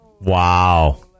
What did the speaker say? Wow